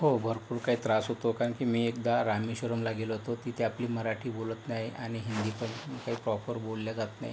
हो भरपूर काही त्रास होतो कारण की मी एकदा रामेश्वरमला गेलो होतो तिथे आपली मराठी बोलत नाही आणि हिंदी पण काही प्रॉपर बोलल्या जात नाही